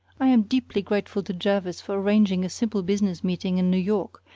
i am deeply grateful to jervis for arranging a simple business meeting in new york,